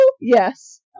Yes